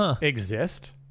exist